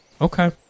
Okay